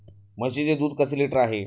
म्हशीचे दूध कसे लिटर आहे?